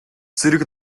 цэрэг